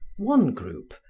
one group,